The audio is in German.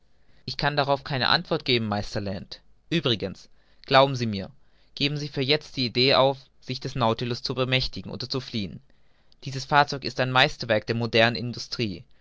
ich kann darauf keine antwort geben meister land uebrigens glauben sie mir geben sie für jetzt die idee auf sich des nautilus zu bemächtigen oder zu fliehen dieses fahrzeug ist ein meisterwerk der modernen industrie